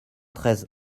treize